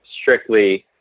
strictly